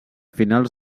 finals